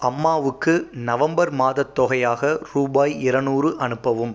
அம்மாவுக்கு நவம்பர் மாதத் தொகையாக ரூபாய் இருநூறு அனுப்பவும்